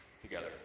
together